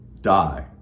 die